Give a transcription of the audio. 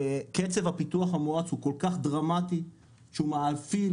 קצב הפיתוח המואץ הוא כל כך דרמטי שהוא מאפיל